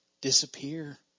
disappear